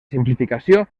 simplificació